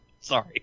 Sorry